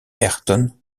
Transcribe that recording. ayrton